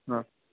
हां